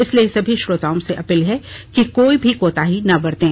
इसलिए सभी श्रोताओं से अपील है कि कोई भी कोताही ना बरतें